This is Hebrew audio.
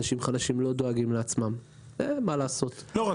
אנשים חלשים לא דואגים לעצמם --- אבל זה לא נכון.